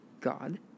God